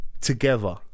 together